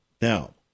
Now